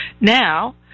Now